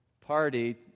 party